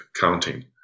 counting